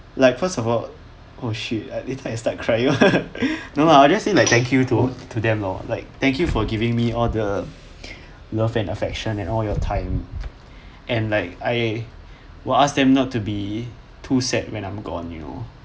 like first of all oh shit I later I start crying no lah I'll just say like thank you to to them lor like thank you for giving me all the love and affections and all your time and like I will ask them not to be too sad when I'm gone you know